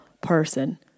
person